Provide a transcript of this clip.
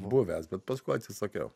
buvęs bet paskui atsisakiau